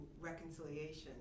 reconciliation